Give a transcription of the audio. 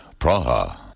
Praha